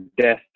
death